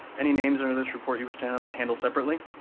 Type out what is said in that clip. any names on and this report you wish to handle handle separately?